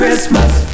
Christmas